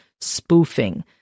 spoofing